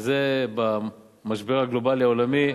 וזה במשבר הגלובלי העולמי,